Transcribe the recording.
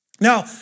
Now